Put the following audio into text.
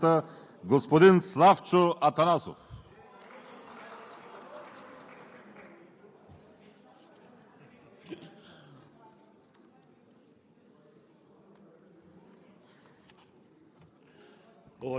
От името на Комисията по въпросите на децата, младежта и спорта давам думата на председателя на Комисията – господин Славчо Атанасов.